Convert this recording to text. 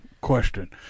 question